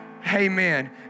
Amen